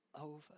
over